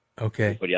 Okay